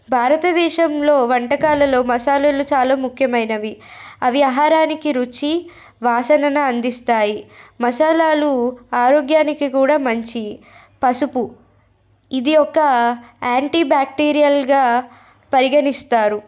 భారతదేశంలో వంటకాలలో మసాలాలు చాలా ముఖ్యమైనవి అవి ఆహారానికి రుచి వాసనన అందిస్తాయి మసాలాలు ఆరోగ్యానికి కూడా మంచి పసుపు ఇది ఒక యాంటీ బ్యాక్టీరియల్గా పరిగణిస్తారు